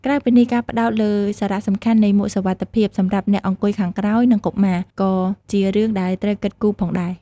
ក្រៅពីនេះ ការផ្តោតលើសារៈសំខាន់នៃមួកសុវត្ថិភាពសម្រាប់អ្នកអង្គុយខាងក្រោយ និងកុមារ ក៏ជារឿងដែលត្រូវគិតគូផងដែរ។